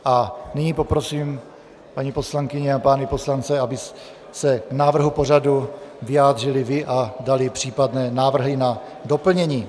A nyní poprosím paní poslankyně a pány poslance, aby se k návrhu pořadu vyjádřili a dali případné návrhy na doplnění.